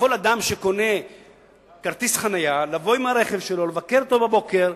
שאדם שקונה כרטיס חנייה יכול לבוא עם הרכב שלו לבקר אותו בבוקר,